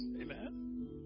Amen